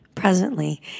Presently